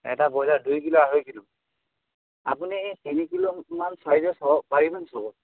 এটা ব্ৰইলাৰ দুই কিলো আঢ়ৈ কিলো আপুনি তিনি কিলোমান চাইজৰ চাব পাৰিব নেকি চাব